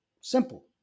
simple